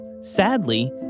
Sadly